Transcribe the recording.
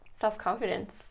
self-confidence